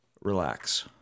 relax